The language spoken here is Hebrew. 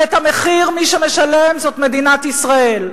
והמחיר, מי שמשלם זאת מדינת ישראל,